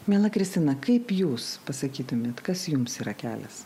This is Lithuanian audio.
miela kristina kaip jūs pasakytumėte kas jums yra kelias